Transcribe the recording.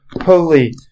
holy